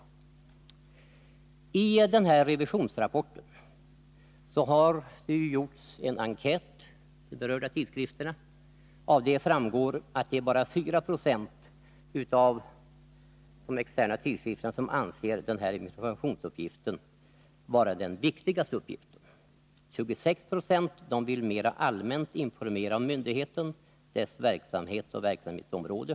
Enligt den här revisionsrapporten har det gjorts en enkät hos berörda tidskrifter. Av denna framgår att det bara är 4 96 av de externa tidskrifterna som anser denna informationsuppgift vara den viktigaste. 26 90 vill mera allmänt informera om myndigheten, dess verksamhet och dess verksamhetsområde.